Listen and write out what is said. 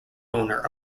owner